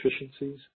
efficiencies